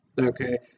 Okay